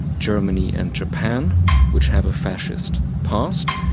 germany and japan which have a fascist past.